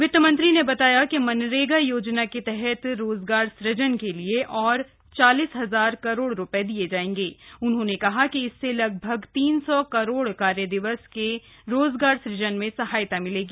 वित्त मंत्री ने बताया कि मनरेगा योजना के तहत रोजगार सुजन के लिए और चालीस हजार करोड रुपये दिए जाएंगे उन्होंने कहा कि इससे लगभग तीन सौ करोड कार्य दिवस के रोजगार सुजन में सहायता मिलेगी